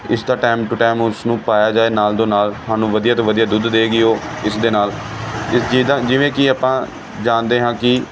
ਇਸਦਾ time to time ਉਸਨੂੰ ਪਾਇਆ ਜਾਵੇ ਨਾਲ ਦੋ ਨਾਲ ਸਾਨੂੰ ਵਧੀਆ ਤੋਂ ਵਧੀਆ ਦੁੱਧ ਦੇਵੇਗੀ ਉਹ ਜਿਸ ਦੇ ਨਾਲ ਇਸ ਚੀਜ਼ ਦਾ ਜਿਵੇਂ ਕਿ ਆਪਾਂ ਜਾਣਦੇ ਹਾਂ ਕਿ